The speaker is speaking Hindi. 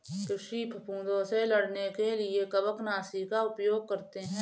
कृषि फफूदों से लड़ने के लिए कवकनाशी का उपयोग करते हैं